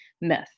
myth